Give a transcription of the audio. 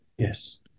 Yes